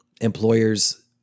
Employers